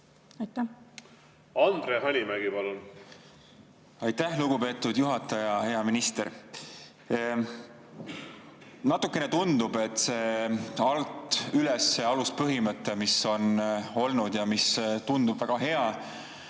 palun! Andre Hanimägi, palun! Aitäh, lugupeetud juhataja! Hea minister! Natukene tundub, et see alt üles aluspõhimõte, mis on olnud ja mis tundub väga hea,